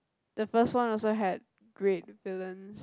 the first one also had great villains